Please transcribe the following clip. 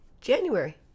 January